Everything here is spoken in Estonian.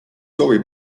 soovi